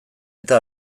eta